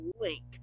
link